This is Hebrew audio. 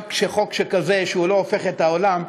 גם חוק שכזה שלא הופך את העולם,